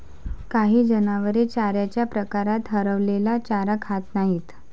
काही जनावरे चाऱ्याच्या प्रकारात हरवलेला चारा खात नाहीत